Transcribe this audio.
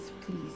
please